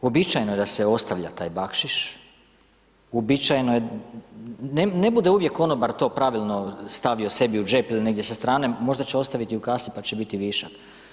Uobičajeno je da se ostavlja taj bakšiš, uobičajeno je, ne bude uvijek konobar to pravilno stavio sebi u džep, ili negdje sa strane, možda će ostaviti u kasi pa će biti višak.